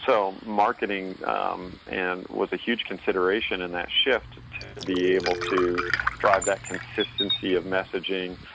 so marketing and was a huge consideration in that shift. to be able to drive that consistency of messaging,